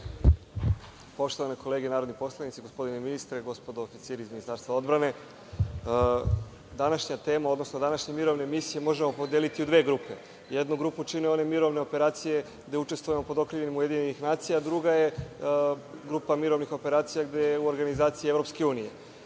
Poštovane kolege narodni poslanici, gospodine ministre, gospodo oficiri iz Ministarstva odbrane, današnja tema, odnosno današnje mirovne misije možemo podeliti u dve grupe. Jednu grupu čine one mirovne operacije gde učestvujemo pod okriljem UN, a druga je grupa mirovnih operacija u organizaciji EU.Mirovne misije